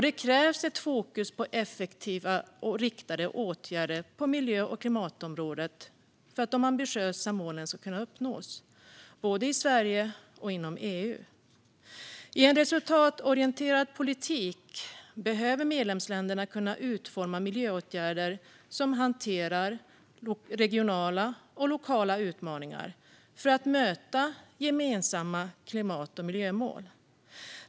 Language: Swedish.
Det krävs ett fokus på effektiva riktade åtgärder på miljö och klimatområdet för att de ambitiösa målen ska kunna uppnås, både i Sverige och inom EU. I en resultatorienterad politik behöver medlemsländerna kunna utforma miljöåtgärder som hanterar regionala och lokala utmaningar för att möta gemensamma klimat och miljömål.